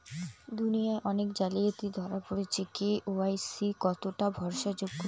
দুনিয়ায় অনেক জালিয়াতি ধরা পরেছে কে.ওয়াই.সি কতোটা ভরসা যোগ্য?